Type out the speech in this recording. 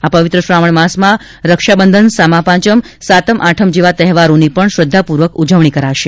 આ પવિત્ર શ્રાવણ માસમાં રક્ષાબંધન સામા પાંચમ સાતમ આઠમ જેવા તહેવારોની પણ શ્રધ્ધાપૂર્વક ઉજવણી કરાશે